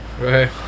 right